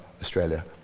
Australia